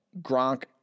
Gronk